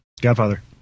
Godfather